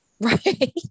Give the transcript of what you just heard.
Right